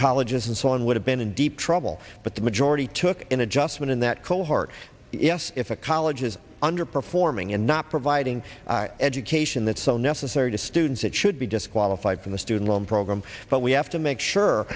colleges and so on would have been in deep trouble but the majority took an adjustment in that cold hard yes if a college is underperforming and not providing education that's so necessary to students it should be disqualified from the student loan program but we have to make sure